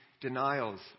denials